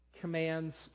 commands